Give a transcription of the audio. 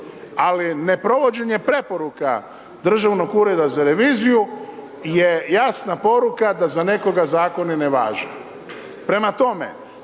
Ali neprovođenje preporuka Državnog ureda za reviziju je jasna poruka da za nekoga zakoni ne važe. Prema tome,